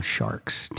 Sharks